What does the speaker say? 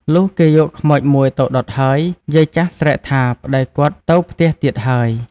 លុះគេយកខ្មោច ១ ទៅដុតហើយ យាយចាស់ស្រែកថា "ប្តីគាត់ទៅផ្ទះទៀតហើយ" ។